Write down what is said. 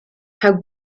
how